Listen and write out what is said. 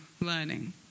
learning